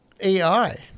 AI